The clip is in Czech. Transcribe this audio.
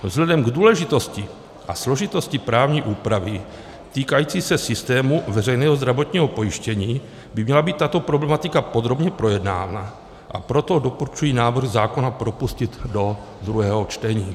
Vzhledem k důležitosti a složitosti právní úpravy týkající se systému veřejného zdravotního pojištění by měla být tato problematika podrobně projednána, a proto doporučuji návrh zákona propustit do druhého čtení.